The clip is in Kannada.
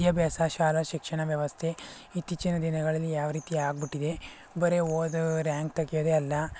ವಿದ್ಯಾಭ್ಯಾಸ ಶಾಲಾ ಶಿಕ್ಷಣ ವ್ಯವಸ್ಥೆ ಇತ್ತೀಚಿನ ದಿನಗಳಲ್ಲಿ ಯಾವ ರೀತಿ ಆಗ್ಬಿಟ್ಟಿದೆ ಬರೀ ಓದು ರ್ಯಾಂಕ್ ತೆಗಿಯೋದೇ ಅಲ್ಲ